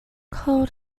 cold